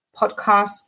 podcast